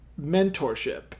mentorship